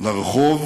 לרחוב